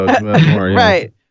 Right